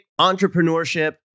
entrepreneurship